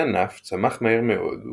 הענף צמח מהר מאוד,